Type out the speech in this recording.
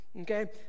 Okay